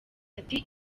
ati